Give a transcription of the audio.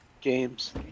games